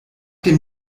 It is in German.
dem